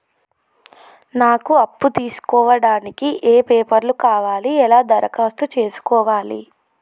నాకు అప్పు తీసుకోవడానికి ఏ పేపర్లు కావాలి ఎలా దరఖాస్తు చేసుకోవాలి?